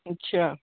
अच्छा